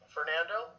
Fernando